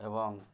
ଏବଂ